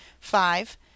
five